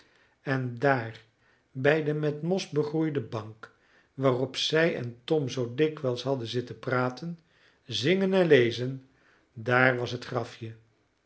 en daar bij de met mos begroeide bank waarop zij en tom zoo dikwijls hadden zitten praten zingen en lezen daar was het grafje